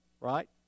right